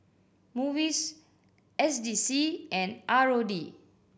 MUIS S D C and R O D